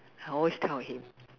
I always tell him